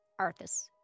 Arthas